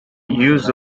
use